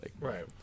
Right